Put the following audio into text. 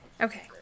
Okay